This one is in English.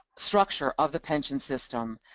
structure of the pension system,